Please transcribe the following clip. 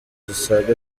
zisaga